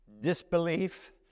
disbelief